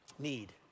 need